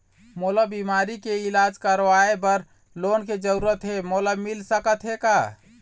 मोला बीमारी के इलाज करवाए बर लोन के जरूरत हे मोला मिल सकत हे का?